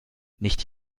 nicht